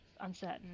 uncertain